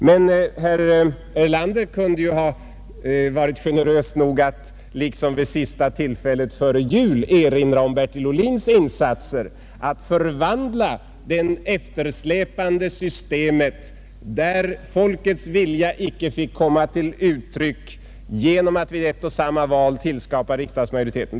Herr Erlander kunde ju ha varit generös nog att liksom vid sista tillfället före jul erinra om Bertil Ohlins insatser för att förvandla det eftersläpande systemet, där folkets vilja icke fick komma till uttryck genom att vid ett och samma val tillskapa riksdagsmajoriteten!